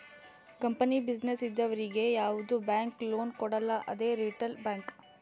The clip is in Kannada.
ಕಂಪನಿ, ಬಿಸಿನ್ನೆಸ್ ಇದ್ದವರಿಗ್ ಯಾವ್ದು ಬ್ಯಾಂಕ್ ಲೋನ್ ಕೊಡಲ್ಲ ಅದೇ ರಿಟೇಲ್ ಬ್ಯಾಂಕ್